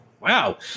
wow